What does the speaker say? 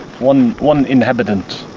one one inhabitant